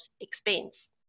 expense